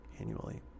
annually